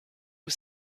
was